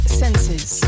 senses